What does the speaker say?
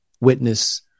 witness